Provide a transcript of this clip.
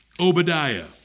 Obadiah